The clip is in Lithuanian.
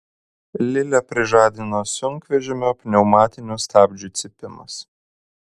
lilę prižadino sunkvežimio pneumatinių stabdžių cypimas